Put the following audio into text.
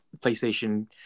PlayStation